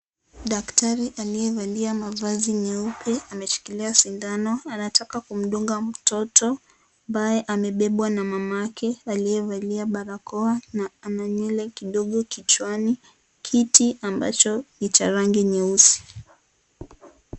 Daktari aliyevalia mavazi nyeupe ameshikilia sindano anataka kumdunga mtoto ambaye amebebwa na mama yake aliyevalia barakoa na ana nywele kidogo kichwani. Kiti ambacho ni cha rangi nyeusi.